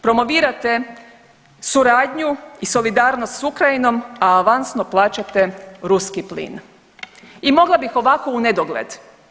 Promovirate suradnju i solidarnost s Ukrajinom, a avansno plaćate ruski plin i mogla bih ovako unedogled.